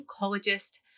oncologist